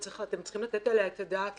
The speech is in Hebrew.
וצריך לתת עליה את הדעת,